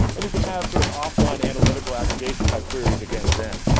and you could have sort of offline analytical aggregation type queries against them.